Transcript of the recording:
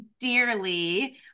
dearly